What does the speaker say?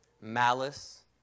malice